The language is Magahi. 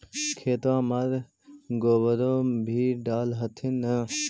खेतबा मर गोबरो भी डाल होथिन न?